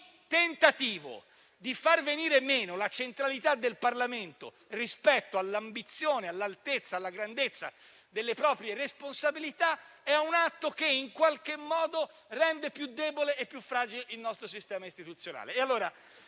tentativo di far venire meno la centralità del Parlamento rispetto all'ambizione, all'altezza e alla grandezza delle proprie responsabilità è un atto che in qualche modo rende più debole e più fragile il nostro sistema istituzionale.